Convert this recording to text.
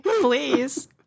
please